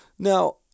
Now